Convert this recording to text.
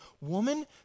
woman